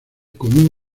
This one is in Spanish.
con